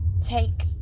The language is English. Take